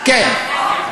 גם אם יעבור,